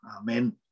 Amen